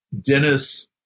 Dennis